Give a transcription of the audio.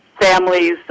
families